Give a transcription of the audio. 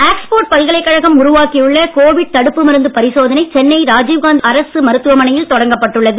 Oxford பல்கலைக்கழகம் உருவாக்கியுள்ள Covid தடுப்பு மருந்து பரிசோதனை சென்னை ராஜீவ்காந்தி அரசு மருத்துவமனையில் தொடங்கப்பட்டுள்ளது